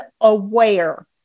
Aware